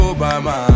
Obama